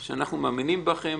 שאנחנו מאמינים בכם,